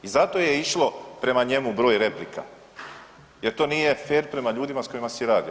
I zato je išlo prema njemu broj replika jer to nije fer prema ljudima s kojima si radio.